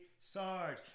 Sarge